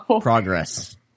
progress